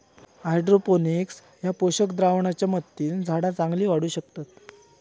hydroponics ह्या पोषक द्रावणाच्या मदतीन झाडा चांगली वाढू शकतत